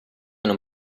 non